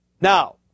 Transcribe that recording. Now